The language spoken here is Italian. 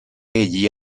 egli